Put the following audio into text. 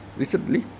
recently